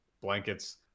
blankets